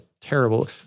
terrible